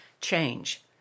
change